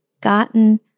gotten